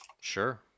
Sure